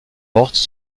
mortes